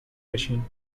بشین